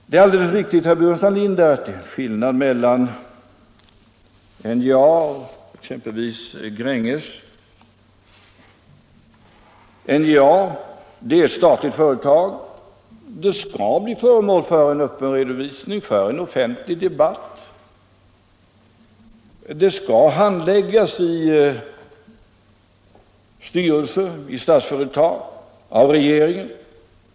Det är alldeles riktigt, herr Burenstam Linder, att det är skillnad mellan NJA och exempelvis Gränges. NJA är ett statligt företag, och det skall vara föremål för en öppen redovisning och en offentlig debatt. Dess verksamhet skall handläggas också i Statsföretags styrelse och av regeringen.